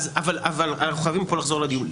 בסדר אבל אנחנו חייבים לחזור לדיון.